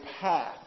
path